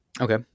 Okay